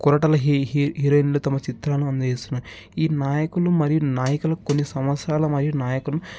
కొరటాల హీ హీరోయిన్లతో తమ చిత్రాను అందజేస్తున్నారు ఈ నాయకులు మరియు నాయికలు కొన్ని సంవత్సరాల మరియు నాయకులు